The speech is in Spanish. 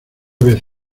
vez